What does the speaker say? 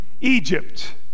Egypt